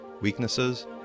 weaknesses